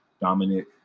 Dominic